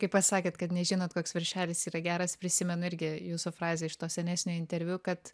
kai pasakėt kad nežinot koks viršelis yra geras prisimenu irgi jūsų frazę iš to senesnio interviu kad